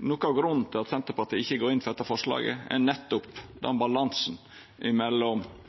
noko av grunnen til at Senterpartiet ikkje går inn for dette forslaget, nettopp